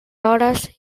hores